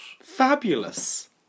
Fabulous